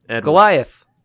Goliath